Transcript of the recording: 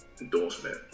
endorsement